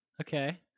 okay